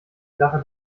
sache